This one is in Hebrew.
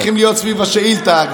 צריכים להיות סביב השאילתה,